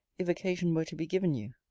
if occasion were to be given you.